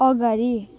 अगाडि